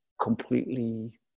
completely